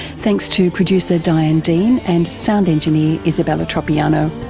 thanks to producer diane dean and sound engineer isabella tropiano.